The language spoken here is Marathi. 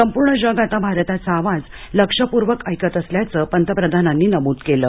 संपूर्ण जग आता भारताचा आवाज लक्षपूर्वक ऐकत असल्याचं पंतप्रधानांनी नमूद केल